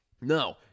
No